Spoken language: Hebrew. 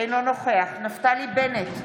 אינו נוכח נפתלי בנט,